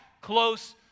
close